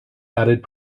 added